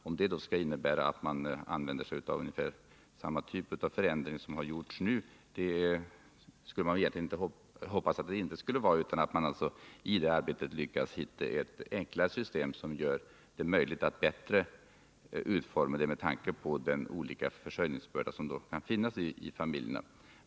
Man skall egentligen inte hoppas att detta skall innebära att ungefär samma typ av förändring som den som hittills ägt rum skall ske utan snarare att detta arbete skall leda fram till ett enklare system, med en sådan utformning att det är möjligt att bättre anpassa det till den skiftande försörjningsbörda som kan finnas i familjerna.